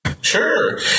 Sure